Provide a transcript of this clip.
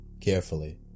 carefully